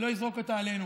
שלא יזרקו אותה עלינו.